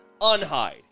Unhide